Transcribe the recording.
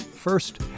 First